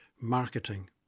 marketing